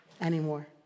anymore